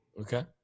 Okay